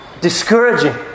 discouraging